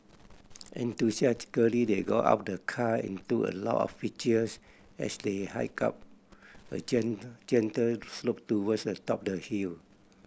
enthusiastically they got out of the car and took a lot of pictures as they hiked up a gentle slope towards the top the hill